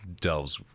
delves